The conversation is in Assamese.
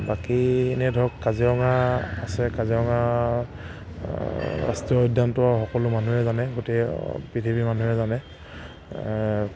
বাকী এনেই ধৰক কাজিৰঙা আছে কাজিৰঙা ৰাষ্ট্ৰীয় উদ্যানটো সকলো মানুহে জানে গোটেই পৃথিৱীৰ মানুহে জানে